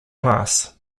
class